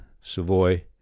Savoy